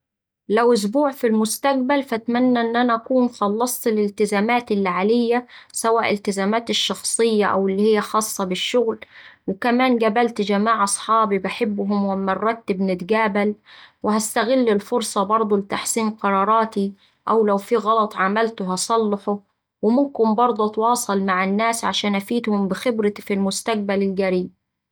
لو أسبوع في المستقبل فأتمنى إن أنا أكون خلصت الالتزامات اللي عليا سواء التزاماتي الشخصية أو اللي هي خاصة بالشغل، وكمان قابلت جماعة أصحابي بحبهم وأما نرتب نتقابل وهستغل الفرصة برضه لتحسين قراراتي أو لو فيه غلط عملته هصلحه وممكن برضه أتواصل مع الناس عشان أفيدهم بخبرتي في المستقبل القريب.